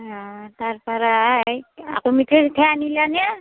অ তাৰপৰাই আকৌ মিঠাই চিঠাই আনিলানে